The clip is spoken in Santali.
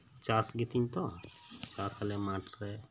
ᱪᱟᱥᱜᱮᱛᱤᱧ ᱛᱚ ᱟᱨ ᱛᱟᱦᱚᱞᱮ ᱢᱟᱴᱨᱮ